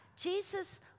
Jesus